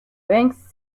ranks